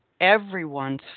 everyone's